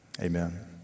Amen